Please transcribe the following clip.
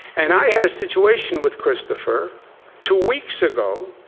and i had a situation with christopher two weeks ago